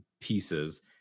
pieces